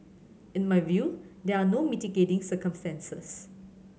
in my view there are no mitigating circumstances